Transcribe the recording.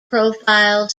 profile